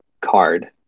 card